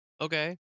okay